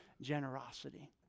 generosity